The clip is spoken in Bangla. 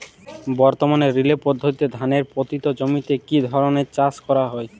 বর্তমানে রিলে পদ্ধতিতে ধানের পতিত জমিতে কী ধরনের চাষ করা হয়?